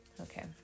okay